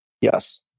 Yes